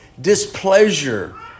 displeasure